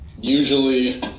usually